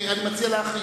חוק ההסדרים.